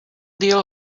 deal